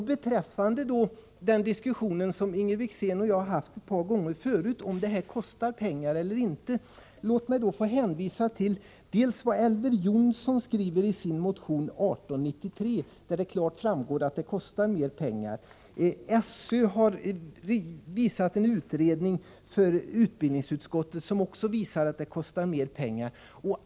Inger Wickzén och jag har ett par gånger förut haft en diskussion om huruvida den fjärde studietimmen kostar pengar eller inte. Låt mig i detta sammanhang hänvisa till vad Elver Jonsson skriver i sin och Kenth Skårviks motion 1893, där det klart framgår att det kostar mer pengar. SÖ har presenterat en utredning för utbildningsutskottet som också visar att det kostar mer pengar.